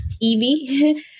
Evie